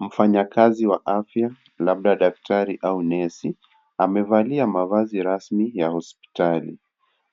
Mfanayakazi wa afya, labda daktari au nesi, amevalia mavazi rasmi ya hospitali,